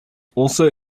also